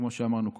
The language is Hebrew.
כמו שאמרנו קודם,